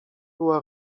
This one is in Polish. była